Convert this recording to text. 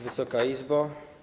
Wysoka Izbo!